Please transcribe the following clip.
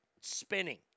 spinning